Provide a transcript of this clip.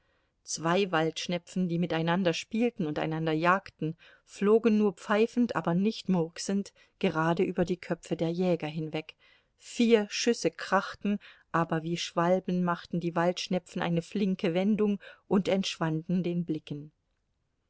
zwei waldschnepfen die miteinander spielten und einander jagten flogen nur pfeifend aber nicht murksend gerade über die köpfe der jäger hinweg vier schüsse krachten aber wie schwalben machten die waldschnepfen eine flinke wendung und entschwanden den blicken